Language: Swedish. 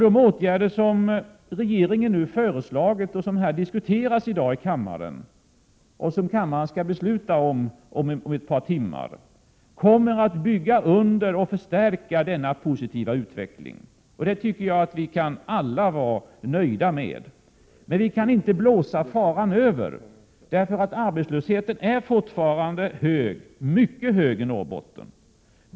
De åtgärder som regeringen nu föreslagit och som diskuteras i dag — och som kammaren om ett par timmar skall besluta om — kommer att bygga under och förstärka denna positiva utveckling. Det tycker jag att vi alla kan vara nöjda med. Men vi kan inte blåsa faran över. Arbetslösheten är fortfarande mycket hög i Norrbotten.